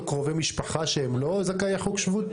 קרובי משפחה שהם לא זכאי חוק השבות?